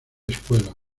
escuela